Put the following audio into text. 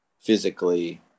physically